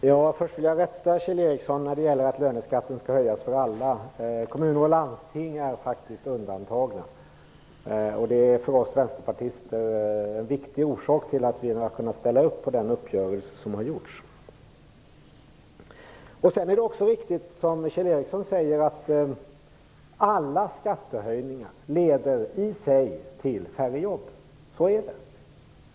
Herr talman! Jag vill först rätta Kjell Ericsson. Han sade att löneskatten skall höjas för alla. Kommuner och landsting är faktiskt undantagna, vilket för oss vänsterpartister är en viktig orsak till att vi har kunnat ställa upp på den uppgörelse som har träffats. Som Kjell Ericsson säger är det riktigt att alla skattehöjningar i sig leder till färre jobb. Så är det.